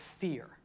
fear